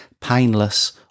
painless